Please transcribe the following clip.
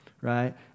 Right